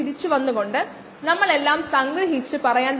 ഇവിടെയുള്ള വീഡിയോകൾ വീഡിയോകളുടെ വിശദാംശങ്ങൾ കാണിച്ചുതരാം